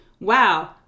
wow